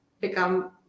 become